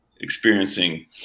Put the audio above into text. experiencing